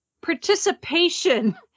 participation